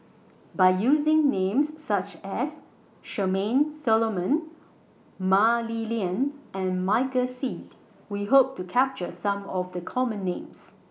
By using Names such as Charmaine Solomon Mah Li Lian and Michael Seet We Hope to capture Some of The Common Names